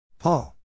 Paul